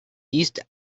east